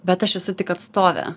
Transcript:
bet aš esu tik atstovė